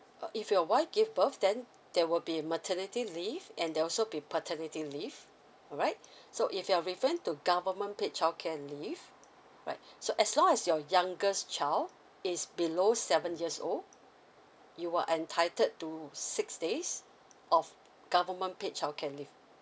uh if your wife give birth then there will be maternity leave and there'll also be paternity leave alright so if you're referring to government paid childcare leave right so as long as your youngest child is below seven years old you are entitled to six days of government paid childcare leave